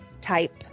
type